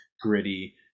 gritty